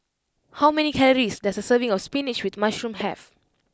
how many calories does a serving of Spinach with Mushroom have